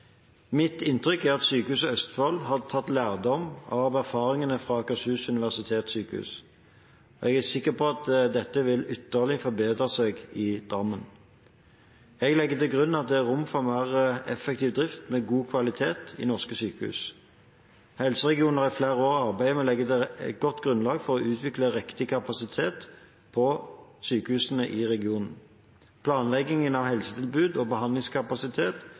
Mitt inntrykk er at Sykehuset Østfold har tatt lærdom av erfaringene fra Akershus universitetssykehus. Jeg er sikker på at dette vil ytterligere forbedre seg i Drammen. Jeg legger til grunn at det er rom for mer effektiv drift med god kvalitet i norske sykehus. Helseregionene har i flere år arbeidet med å legge et godt grunnlag for å utvikle riktig kapasitet på sykehusene i regionen. Planlegging av helsetjenestetilbud og behandlingskapasitet